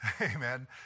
Amen